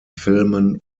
filmen